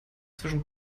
zwischen